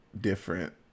different